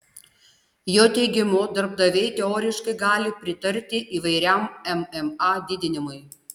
jo teigimu darbdaviai teoriškai gali pritarti įvairiam mma didinimui